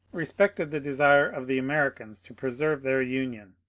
respected the desire of the americans to pre serve their union.